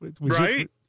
Right